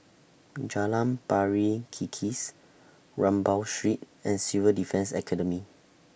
Jalan Pari Kikis Rambau Street and Civil Defence Academy